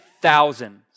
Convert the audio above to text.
thousands